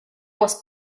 was